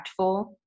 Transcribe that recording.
impactful